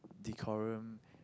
decorum